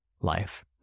life